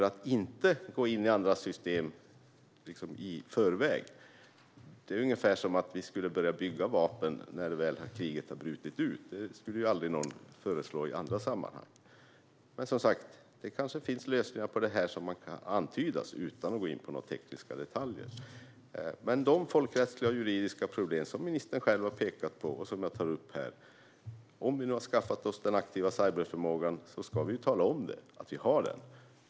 Att inte gå in i andra system i förväg är ungefär detsamma som att börja bygga vapen när väl kriget har brutit ut. Det skulle aldrig föreslås i andra sammanhang. Det kanske finns lösningar som kan antydas utan att gå in på tekniska detaljer. Med tanke på de folkrättsliga och juridiska problem som ministern själv har pekat på och som jag tar upp här: Om vi har skaffat oss den aktiva cyberförmågan ska vi tala om att den finns.